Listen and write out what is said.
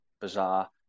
bizarre